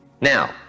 Now